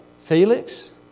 Felix